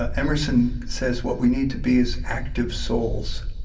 ah emerson says, what we need to be is active souls.